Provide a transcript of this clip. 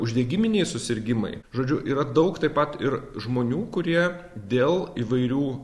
uždegiminiai susirgimai žodžiu yra daug taip pat ir žmonių kurie dėl įvairių